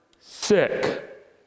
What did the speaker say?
sick